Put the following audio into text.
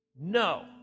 no